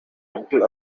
mantel